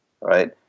right